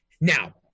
Now